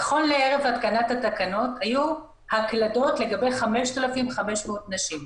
נכון לערב התקנת התקנות היו הקלדות לגבי 5,500 נשים.